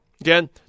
Again